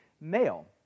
male